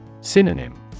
Synonym